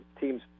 teams